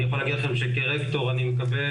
אני יכול להגיד לכם שכרקטור אני מקבל